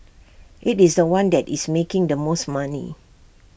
IT is The One that is making the most money